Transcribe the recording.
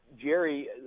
Jerry